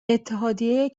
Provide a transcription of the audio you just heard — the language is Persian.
اتحادیه